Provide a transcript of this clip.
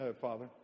Father